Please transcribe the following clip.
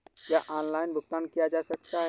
क्या ऑनलाइन भुगतान किया जा सकता है?